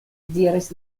diris